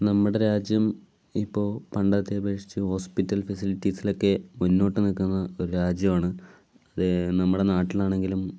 നമ്മുടെ രാജ്യം ഇപ്പോൾ പണ്ടത്തെ അപേക്ഷിച്ച് ഹോസ്പിറ്റൽ ഫെസിലിറ്റീസിലൊക്കെ മുൻപോട്ട് നിൽക്കുന്ന ഒരു രാജ്യമാണ് അതേ നമ്മുടെ നാട്ടിലാണെങ്കിലും